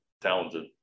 talented